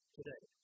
today